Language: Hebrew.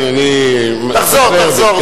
תחזור, תחזור.